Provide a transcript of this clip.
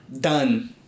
Done